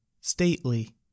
stately